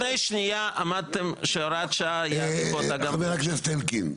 לפני שנייה אמרתם שהוראת שעה -- חבר הכנסת אלקין,